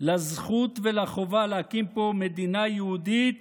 לזכות ולחובה להקים פה מדינה יהודית